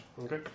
Okay